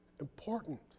important